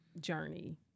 journey